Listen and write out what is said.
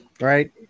right